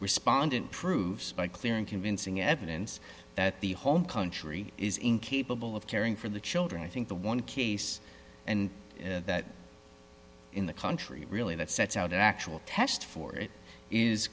respondent proves by clear and convincing evidence that the home country is incapable of caring for the children i think the one case and that in the country really that sets out an actual test for it is